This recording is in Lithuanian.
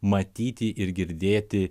matyti ir girdėti